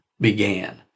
began